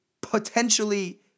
potentially